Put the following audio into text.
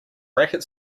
racket